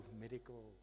medical